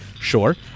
sure